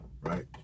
right